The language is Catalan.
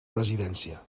presidència